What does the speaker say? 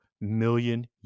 million